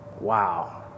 Wow